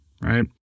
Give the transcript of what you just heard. right